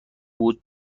بود